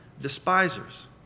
despisers